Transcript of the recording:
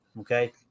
Okay